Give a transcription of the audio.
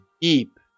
deep